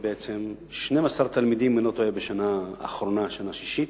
אדוני היושב-ראש,